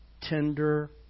tender